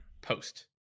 post